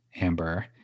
Amber